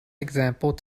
example